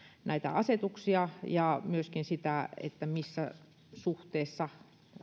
näitä asetuksia ja myöskin sitä missä suhteessa